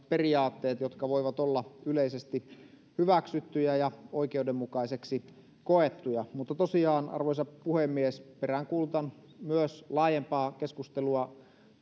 periaatteet jotka voivat olla yleisesti hyväksyttyjä ja oikeudenmukaiseksi koettuja mutta tosiaan arvoisa puhemies peräänkuulutan myös laajempaa keskustelua